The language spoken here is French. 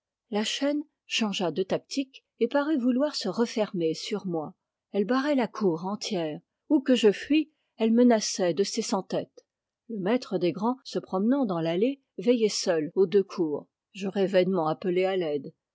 la chaîne changea de tactique et parut vouloir se refermer sur moi elle barrait la cour entière où que je fuie elle menaçait de ses cent têtes le maître des grands se promenant dans l'allée veillait seul aux deux cours j'aurais vainement appelé à l'aide